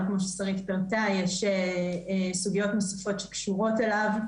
אבל כמו ששרית פירטה יש סוגיות נוספות שקשורות אליו.